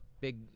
big